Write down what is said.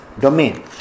domain